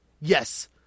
Yes